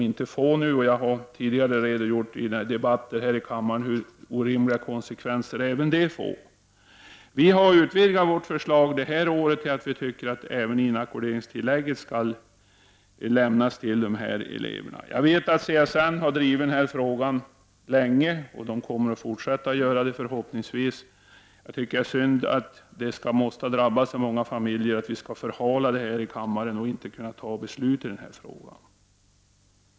Jag har i debatter här i kammaren redogjort för de orimliga konsekvenserna i det avseendet. Vi har utvidgat vårt förslag i år. Vi tycker nämligen att dessa elever även skall få inackorderingstillägg. Jag vet att CSN har drivit denna fråga under en lång tid. Förhoppningsvis kommer man att fortsätta att göra det. Men det är synd att så många familjer skall behöva drabbas medan frågan förhalas här i kammaren i väntan på ett beslut i frågan.